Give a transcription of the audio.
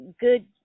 good